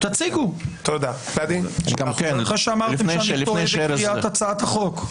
תציגו אחרי שאמרתם שאני טועה בקריאת הצעת החוק.